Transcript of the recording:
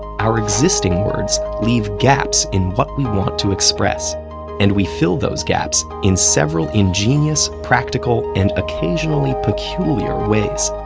our existing words leave gaps in what we want to express and we fill those gaps in several ingenious, practical, and occasionally peculiar ways.